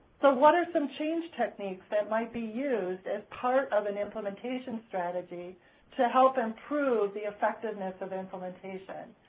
so what are some change techniques that might be used as part of an implementation strategy to help improve the effectiveness of implementation?